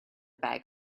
bag